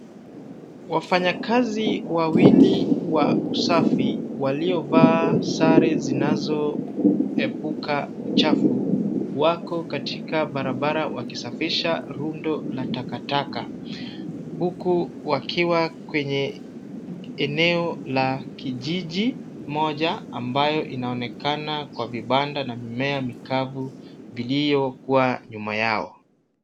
Wafanyakazi wawili wa usafi waliovaa sare zinazoepuka uchafu wako katika barabara wakisafisha rundo la takataka. Huku wakiwa kwenye eneo la kijiji moja ambayo inaonekana kwa vibanda na mimea mikavu iliyokua nyuma yao.